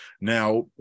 now